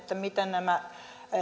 miten nämä